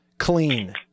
clean